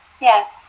yes